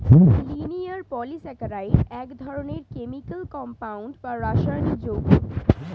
linear polysaccharide এক ধরনের chemical compound বা রাসায়নিক যৌগ